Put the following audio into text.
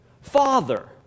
father